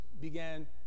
began